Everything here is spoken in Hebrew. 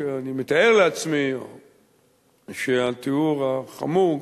אני מתאר לעצמי שהתיאור החמור,